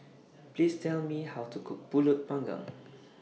Please Tell Me How to Cook Pulut Panggang